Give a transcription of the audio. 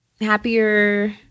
happier